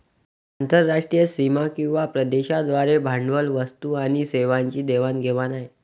आंतरराष्ट्रीय सीमा किंवा प्रदेशांद्वारे भांडवल, वस्तू आणि सेवांची देवाण घेवाण आहे